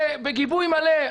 וזה בגיבוי מלא.